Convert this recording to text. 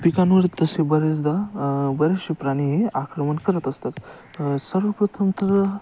पिकांवर तसे बऱ्याचदा बरेचसे प्राणी हे आक्रमण करत असतात सर्वप्रथम तर